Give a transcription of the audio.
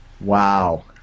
wow